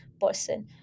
person